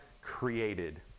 created